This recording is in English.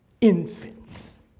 Infants